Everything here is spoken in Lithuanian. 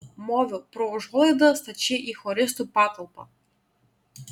moviau pro užuolaidą stačiai į choristų patalpą